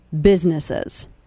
businesses